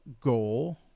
Goal